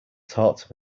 taught